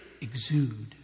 exude